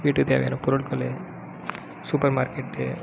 வீட்டுக்கு தேவையான பொருட்கள் சூப்பர் மார்கெட்டு